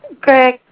Greg